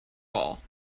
all